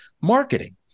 marketing